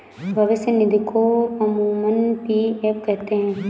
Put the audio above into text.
भविष्य निधि को अमूमन पी.एफ कहते हैं